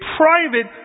private